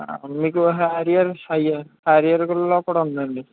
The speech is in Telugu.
మీకు హరియర్ హయ్యర్ హరియర్లో కూడా ఉందండి